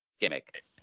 gimmick